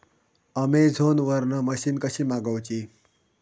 Amazon वरन machine कशी मागवची?